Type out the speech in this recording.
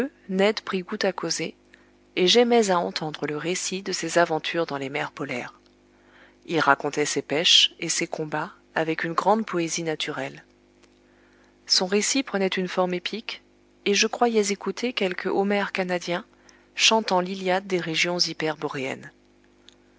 ned prit goût à causer et j'aimais à entendre le récit de ses aventures dans les mers polaires il racontait ses pêches et ses combats avec une grande poésie naturelle son récit prenait une forme épique et je croyais écouter quelque homère canadien chantant l'iliade des régions